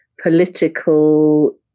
political